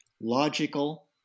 logical